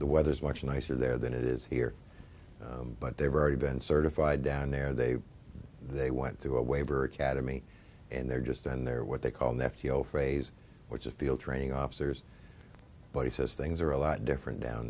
the weather is much nicer there than it is here but they've already been certified down there they they went through a waiver academy and they're just and they're what they call nephew no phrase which is field training officers but he says things are a lot different down